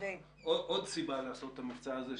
עוד סיבה לעשות את המבצע הזה,